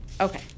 Okay